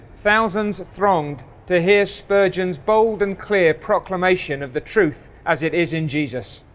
thousands thronged to hear spurgeon bold and clear proclamation of the truth as it is in jesus.